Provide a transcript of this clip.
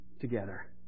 together